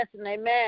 Amen